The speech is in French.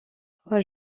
trois